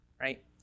right